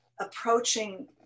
approaching